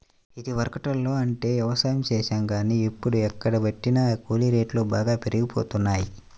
ఇదివరకట్లో అంటే యవసాయం చేశాం గానీ, ఇప్పుడు ఎక్కడబట్టినా కూలీ రేట్లు బాగా పెరిగిపోతన్నయ్